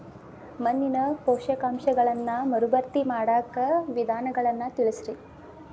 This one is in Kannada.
ಮಣ್ಣಿನ ಪೋಷಕಾಂಶಗಳನ್ನ ಮರುಭರ್ತಿ ಮಾಡಾಕ ವಿಧಾನಗಳನ್ನ ತಿಳಸ್ರಿ